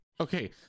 Okay